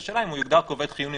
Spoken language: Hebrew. זו שאלה אם הוא יוגדר כעובד חיוני.